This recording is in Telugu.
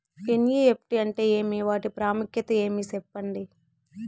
ఎన్.ఇ.ఎఫ్.టి అంటే ఏమి వాటి ప్రాముఖ్యత ఏమి? సెప్పండి?